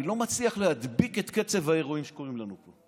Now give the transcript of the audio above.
אני לא מצליח להדביק את קצב האירועים שקורים לנו פה.